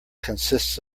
consists